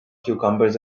cucumbers